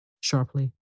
sharply